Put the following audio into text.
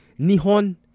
Nihon